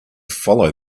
follow